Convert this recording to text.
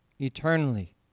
eternally